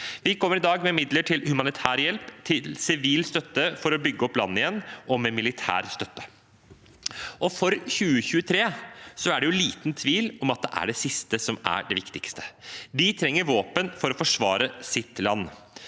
Vi kommer i dag med midler til humanitær hjelp, til sivil støtte for å bygge opp landet igjen og med militær støtte. For 2023 er det liten tvil om at det er det siste som er det viktigste. De trenger våpen for å forsvare sitt land.